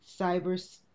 Cyber